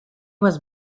was